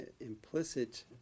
implicit